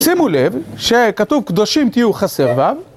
שימו לב, שכתוב "קדושים תהיו" חסר ו'